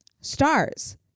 Stars